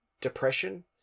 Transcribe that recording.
depression